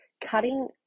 Cutting